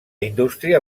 indústria